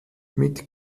mit